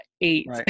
eight